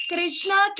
Krishna